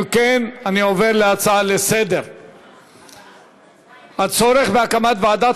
אם כן אני עובר להצעה לסדר-היום בנושא: הצורך בהקמת ועדת